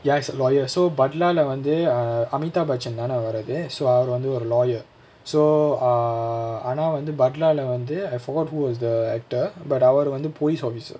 ya he's a lawyer so palla lah வந்து:vanthu err amithabachan தான வாரது:thana vaaraathu so அவரு வந்து ஒரு:avaru vanthu oru lawyer so err ஆனா வந்து:aanaa vanthu balla lah வந்து:vanthu I forgot who was the actor but அவரு வந்து:avaru vanthu police officer